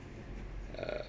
uh